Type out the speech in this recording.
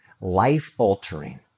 life-altering